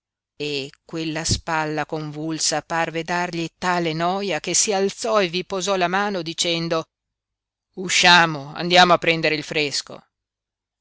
e quella spalla convulsa parve dargli tale noia che si alzò e vi posò la mano dicendo usciamo andiamo a prendere il fresco